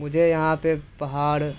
मुझे यहाँ पर पहाड़